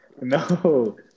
No